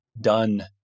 done